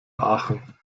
aachen